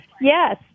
yes